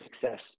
success